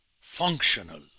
functional